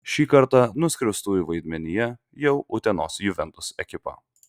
šį kartą nuskriaustųjų vaidmenyje jau utenos juventus ekipa